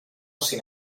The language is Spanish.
sin